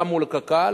גם מול קק"ל.